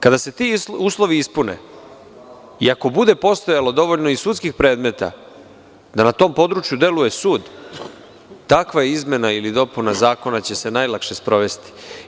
Kada se ti uslovi ispune i ako bude postojalo dovoljno sudskih predmeta da na tom području deluje sud, takva izmena ili dopuna zakona će se najlakše sprovesti.